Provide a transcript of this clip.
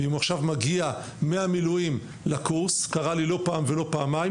ואם הוא עכשיו מגיע מהמילואים לקורס וזה קרה לי לא פעם ולא פעמיים,